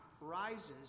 rises